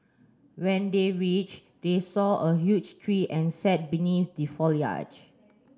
when they reached they saw a huge tree and sat beneath the foliage